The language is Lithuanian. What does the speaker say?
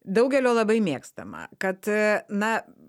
daugelio labai mėgstama kad na